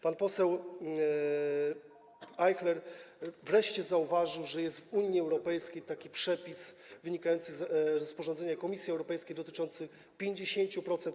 Pan poseł Ajchler wreszcie zauważył, że jest w Unii Europejskiej taki przepis wynikający z rozporządzenia Komisji Europejskiej, dotyczący ubezpieczenia 50%.